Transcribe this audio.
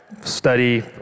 study